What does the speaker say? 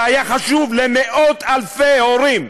זה היה חשוב למאות אלפי הורים.